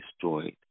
destroyed